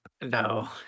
no